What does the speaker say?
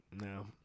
No